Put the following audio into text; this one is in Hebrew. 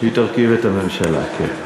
היא תרכיב את הממשלה, כן.